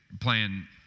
playing